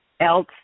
else